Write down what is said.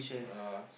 uh